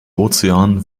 ozean